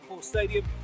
Stadium